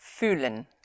Fühlen